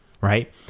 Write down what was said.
right